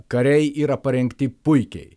kariai yra parengti puikiai